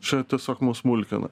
čia tiesiog mus mulkina